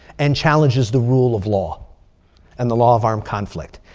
and challenges the rule of law and the law of armed conflict.